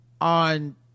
on